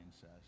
says